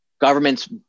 governments